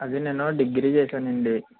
అది నేను డిగ్రీ చేశానండి